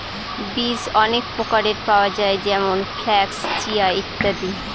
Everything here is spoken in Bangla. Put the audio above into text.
বীজ অনেক প্রকারের পাওয়া যায় যেমন ফ্লাক্স, চিয়া, ইত্যাদি